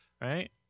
right